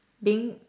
being